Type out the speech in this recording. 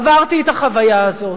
עברתי את החוויה הזאת,